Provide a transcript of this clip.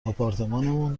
آپارتمانمون